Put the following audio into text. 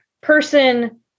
person